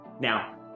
Now